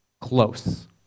close